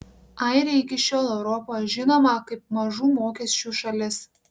airija iki šiol europoje žinoma kaip mažų mokesčių šalis